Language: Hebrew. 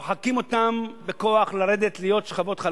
דוחקים אותם בכוח לרדת להיות שכבות חלשות.